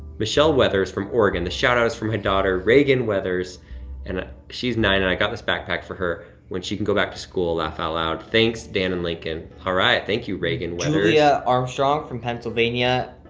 michelle weathers from oregon the shout-out is from her daughter, reagan weathers and she's nine. and i got this backpack for her when she can go back to school, laugh out loud, thanks, dan and lincoln. all right, thank you, reagan weathers. julia armstrong from pennsylvania.